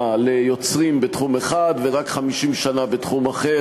ליוצרים בתחום אחד ורק 50 שנה בתחום אחר,